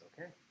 Okay